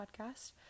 podcast